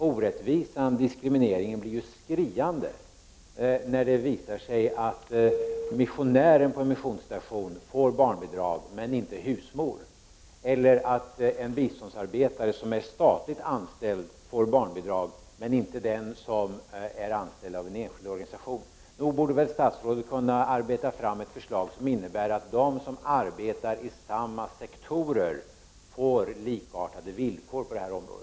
Orättvisan och diskrimineringen blir skriande, när det visar sig att missionären på en missionsstation får barnbidrag men inte husmor eller att en biståndsarbetare som är statligt anställd får barnbidrag men inte den som är anställd av en enskild organisation. Nog borde statsrådet kunna arbeta fram ett förslag som innebär att de som arbetar inom samma sektor får likartade villkor på detta område.